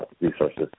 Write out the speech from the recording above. resources